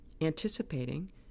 anticipating